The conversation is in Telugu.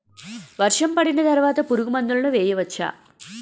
వర్షం పడిన తర్వాత పురుగు మందులను వేయచ్చా?